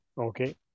Okay